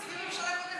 תסבירי, איך אמרה אורלי?